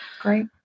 Great